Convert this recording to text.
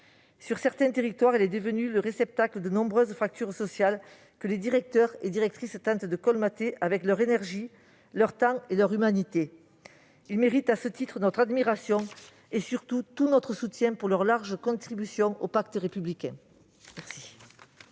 Sur certains territoires, elle est devenue le réceptacle de nombreuses fractures sociales que les directeurs et directrices tentent de colmater avec leur énergie, leur temps et leur humanité. Ceux-ci méritent à ce titre notre admiration et, surtout, tout notre soutien pour leur large contribution au pacte républicain.